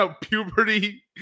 puberty